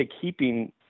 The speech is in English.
keeping